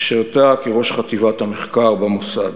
ששירתה כראש חטיבת המחקר במוסד.